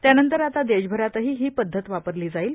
त्यानंतर आता देशभरातही ही पद्धत वापरली जाईल